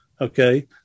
okay